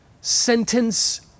sentence